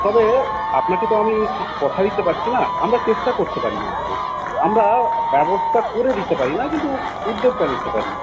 তবে আপনাকে তো আমি কিছু কথা দিতে পারছি না আমি চেষ্টা করতে পারি মাত্র আমরা ব্যবস্থা করে দিতে পারি না শুধু উদ্যোগটা নিতে পারি